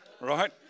Right